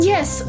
Yes